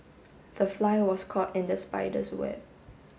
the fly was caught in the spider's web